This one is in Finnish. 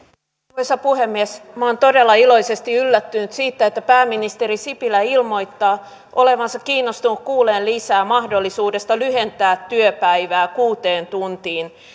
arvoisa puhemies minä olen todella iloisesti yllättynyt siitä että pääministeri sipilä ilmoittaa olevansa kiinnostunut kuulemaan lisää mahdollisuudesta lyhentää työpäivää kuuteen tuntiin